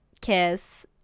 kiss